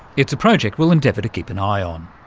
it's a project we'll endeavour to keep an eye on.